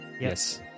Yes